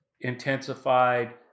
intensified